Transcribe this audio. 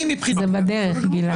זה בדרך, גלעד.